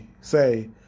say